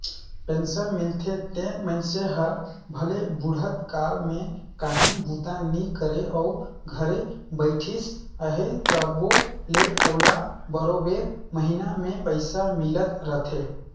pension मिलथे तेन मइनसे हर भले बुढ़त काल में काहीं बूता नी करे अउ घरे बइठिस अहे तबो ले ओला बरोबेर महिना में पइसा मिलत रहथे